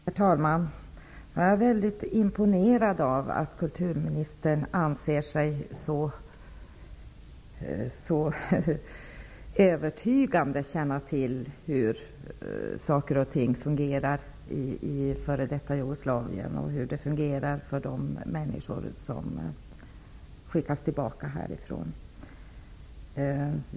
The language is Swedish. Herr talman! Jag är imponerad av att kulturministern anser sig så övertygande känna till hur saker och ting fungerar i f.d. Jugoslavien och hur det fungerar för de människor som skickas tillbaka härifrån.